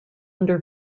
under